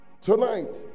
Tonight